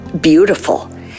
beautiful